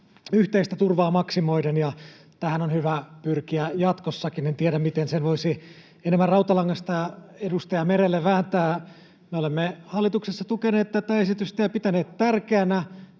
yhteistä turvaa maksimoiden, ja tähän on hyvä pyrkiä jatkossakin — en tiedä, miten sen voisi enemmän rautalangasta edustaja Merelle vääntää. Me olemme hallituksessa tukeneet tätä esitystä ja pitäneet tärkeänä